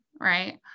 right